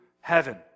heaven